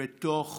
בתוך